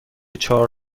چهار